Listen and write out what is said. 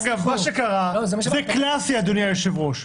אגב, מה שקרה, זה קלאסי, אדוני היושב ראש,